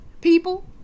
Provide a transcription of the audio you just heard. People